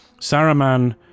Saruman